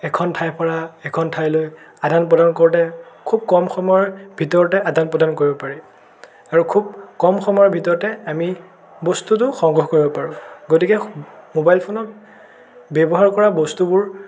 এখন ঠাইৰপৰা এখন ঠাইলৈ আদান প্ৰদান কৰোঁতে খুব কম সময়ৰ ভিতৰতে আদান প্ৰদান কৰিব পাৰি আৰু খুব কম সময়ৰ ভিতৰতে আমি বস্তুটো সংগ্ৰহ কৰিব পাৰোঁ গতিকে ম'বাইল ফোনৰ ব্য়ৱহাৰ কৰা বস্তুবোৰ